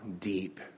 deep